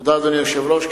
תודה, אדוני היושב-ראש.